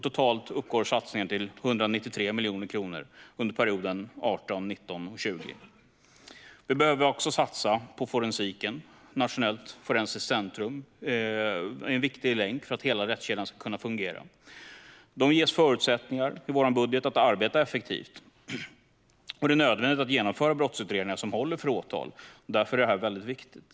Totalt uppgår denna satsning till 193 miljoner kronor under perioden 2018-2020. Vi behöver också satsa på forensiken. Nationellt forensiskt centrum, NFC, är en viktig länk för att hela rättskedjan ska fungera. NFC ges i vår budget förutsättningar att arbeta effektivt, något som i många fall är nödvändigt för att kunna genomföra brottsutredningar som håller för ett åtal. Därför är detta väldigt viktigt.